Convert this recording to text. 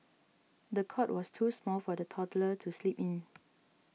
the cot was too small for the toddler to sleep in